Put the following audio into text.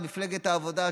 את ממפלגת העבודה,